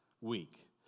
week